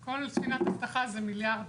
כל ספינת אבטחה זה מיליארדים.